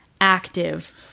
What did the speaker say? active